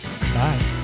Bye